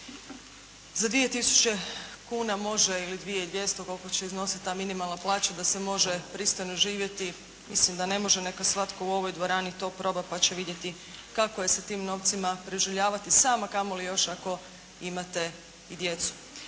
tisuća kuna može ili 2 tisuće i 200 koliko će iznositi ta minimalna plaća, da se može pristojno živjeti. Mislim da ne može. Neka svatko u ovoj dvorani to proba pa će vidjeti kako je sa tim novcima preživljavati sam, a kamoli još ako imate i djecu.